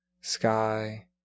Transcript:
sky